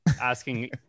asking